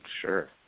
Sure